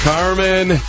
Carmen